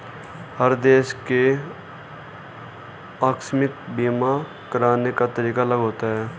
हर देश के आकस्मिक बीमा कराने का तरीका अलग होता है